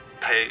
pay